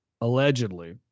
Allegedly